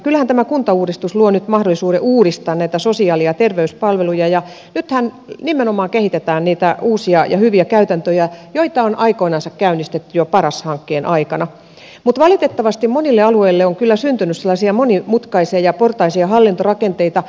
kyllähän tämä kuntauudistus luo nyt mahdollisuuden uudistaa näitä sosiaali ja terveyspalveluja ja nythän nimenomaan kehitetään niitä uusia ja hyviä käytäntöjä joita on aikoinansa käynnistetty jo paras hankkeen aikana mutta valitettavasti monille alueille on kyllä syntynyt sellaisia monimutkaisia ja portaisia hallintorakenteita